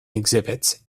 exhibits